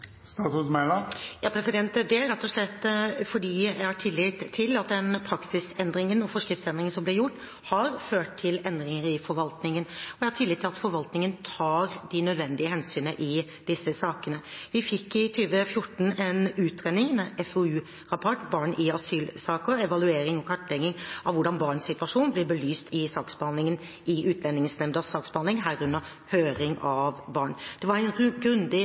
Det er rett og slett fordi jeg har tillit til at den praksisendringen og forskriftsendringen som ble gjort, har ført til endringer i forvaltningen. Og jeg har tillit til at forvaltningen tar de nødvendige hensyn i disse sakene. Vi fikk i 2014 en utredning, en FoU-rapport – Barn i asylsaker – en evaluering og kartlegging av hvordan barns situasjon blir belyst i saksbehandlingen i Utlendingsnemndas saksbehandling, herunder høring av barn. Det var en grundig